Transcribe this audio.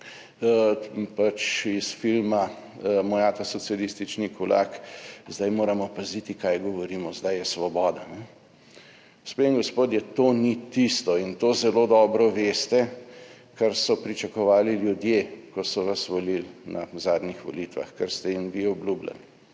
pač iz filma Moj ata socialistični kulak, zdaj moramo paziti kaj govorimo, zdaj je Svoboda. Gospe in gospodje, to ni tisto, in to zelo dobro veste, kar so pričakovali ljudje, ko so vas volili na zadnjih volitvah, kar ste jim vi obljubljali,